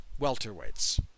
welterweights